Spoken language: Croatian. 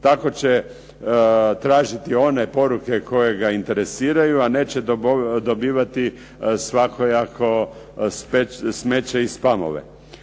Tako će tražiti one poruke koje ga interesiraju, a neće dobivati svakojako smeće i spamove.